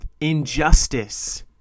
injustice